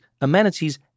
amenities